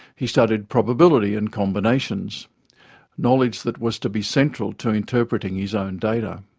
he studied probability and combinations knowledge that was to be central to interpreting his own data.